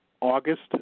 August